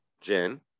Jen